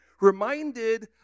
reminded